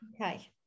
Okay